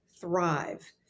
thrive